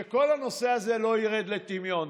שכל הנושא הזה לא ירד לטמיון.